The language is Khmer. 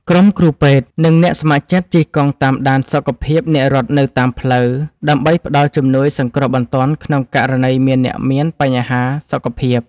ក្រុមគ្រូពេទ្យ និងអ្នកស្ម័គ្រចិត្តជិះកង់តាមដានសុខភាពអ្នករត់នៅតាមផ្លូវ ដើម្បីផ្ដល់ជំនួយសង្គ្រោះបន្ទាន់ក្នុងករណីមានអ្នកមានបញ្ហាសុខភាព។